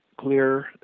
clear